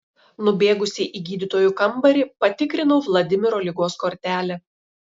nubėgusi į gydytojų kambarį patikrinau vladimiro ligos kortelę